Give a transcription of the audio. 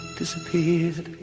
disappeared